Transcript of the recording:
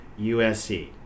USC